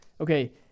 Okay